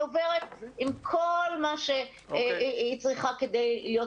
היא עוברת עם כל מה שהיא צריכה כדי להיות